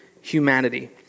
humanity